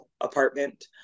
apartment